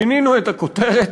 שינינו את הכותרת,